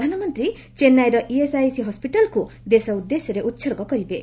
ପ୍ରଧାନମନ୍ତ୍ରୀ ଚେନ୍ନାଇର ଇଏସ୍ଆଇସି ହସ୍କିଟାଲକୁ ଦେଶ ଉଦ୍ଦେଶ୍ୟରେ ଉତ୍ସର୍ଗ କରିବେ